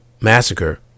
Massacre